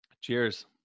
cheers